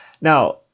Now